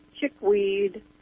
chickweed